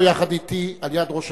אני עצרתי את